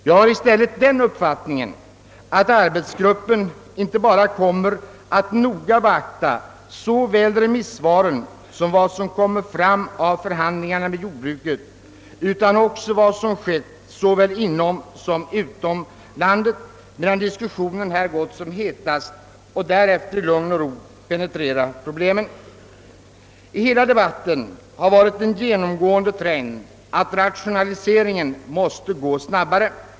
Jag har i stället den uppfattningen att arbetsgruppen inte bara kommer att noga beakta såväl remissvaren som vad som kommer fram vid förhandlingarna med jordbruket ' utan även vad som inträffat såväl inom som utom landet medan diskussionerna här gått som hetast. Därefter kommer man att i lugn och ro penetrera problemen. En genomgående trend i hela debatten har varit att rationaliseringen måste gå snabbare.